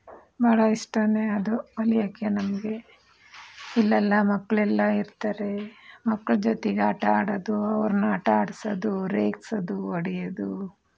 ಭಾಳ ಇಷ್ಟಾನೆ ಅದು ಹೊಲಿಯೋಕ್ಕೆ ನಮಗೆ ಇಲ್ಲೆಲ್ಲ ಮಕ್ಕಳೆಲ್ಲ ಇರ್ತಾರೆ ಮಕ್ಕಳ ಜೊತೆಗೆ ಆಟ ಆಡೋದು ಅವ್ರನ್ನ ಆಟ ಆಡಿಸೋದು ರೇಗಿಸೋದು ಹೊಡಿಯೋದು